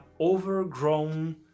overgrown